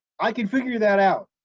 i can figure that out.